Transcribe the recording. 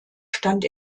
stand